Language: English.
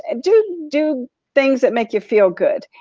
ah do do things that make you feel good.